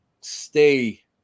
stay